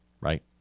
right